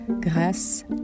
grâce